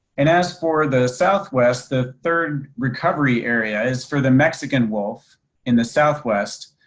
and as for the southwest, the third recovery area is for the mexican wolf in the southwest,